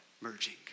merging